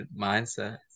mindset